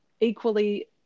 equally